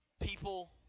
people